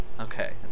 Okay